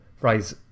right